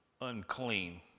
unclean